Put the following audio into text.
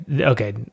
okay